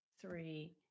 three